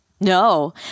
No